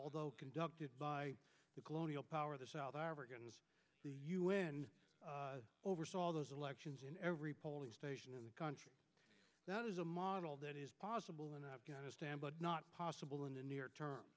although conducted by the colonial power the south the un oversaw all those elections in every polling station in the country that is a model that is possible in afghanistan but not possible in the near term